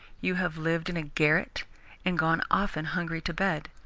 you have lived in a garret and gone often hungry to bed.